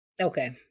okay